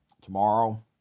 tomorrow